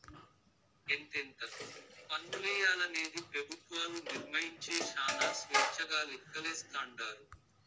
ఎంతెంత పన్నులెయ్యాలనేది పెబుత్వాలు నిర్మయించే శానా స్వేచ్చగా లెక్కలేస్తాండారు